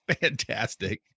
fantastic